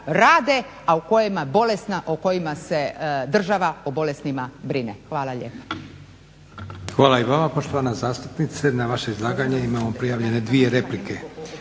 bolesni, u kojima se država o bolesnima brine. Hvala lijepa. **Leko, Josip (SDP)** Hvala i vama poštovana zastupnice. Na vaše izlaganje imamo prijavljene 2 replike.